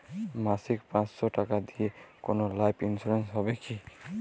মাসিক পাঁচশো টাকা দিয়ে কোনো লাইফ ইন্সুরেন্স হবে কি?